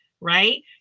right